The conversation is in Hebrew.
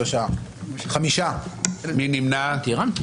שלושה בעד, חמישה נגד, נמנע אחד.